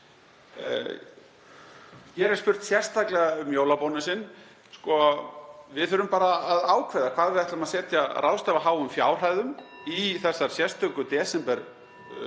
Hér er spurt sérstaklega um jólabónusinn. Við þurfum bara að ákveða hvað við ætlum að ráðstafa háum fjárhæðum í sérstöku desemberuppbótina